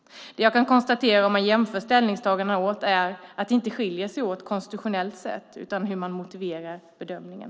Det jag kan konstatera är att det inte skiljer sig åt i ställningstagandena konstitutionellt sett utan i avseende på hur man motiverar bedömningen.